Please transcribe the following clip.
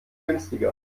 günstiger